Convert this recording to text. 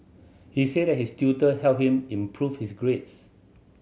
he said his tutor helped him improve his grades